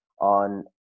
on